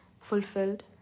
fulfilled